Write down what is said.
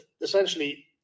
essentially